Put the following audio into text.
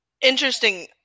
Interesting-